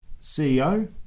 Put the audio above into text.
CEO